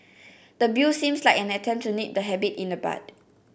the Bill seems like an attempt to nip the habit in the bud